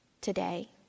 today